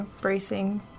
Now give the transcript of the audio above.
bracing